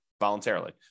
voluntarily